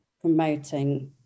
promoting